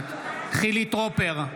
נוכחת חילי טרופר,